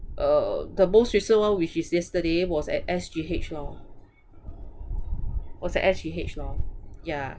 uh the most recent one which is yesterday was at S_G_H lor was at S_G_H lor yeah